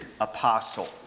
apostle